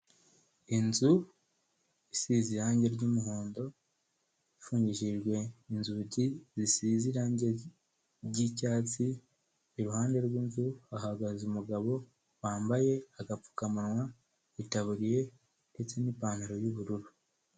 Inzu isize irangi ry'umuhondo ifungishijwe inzugi zisize irangi ry'icyatsi, iruhande rw'inzu hahagaze umugabo wambaye agapfukamunwa, itaburiye ndetse n'ipantaro y'ubururu.